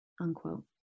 unquote